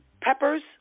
peppers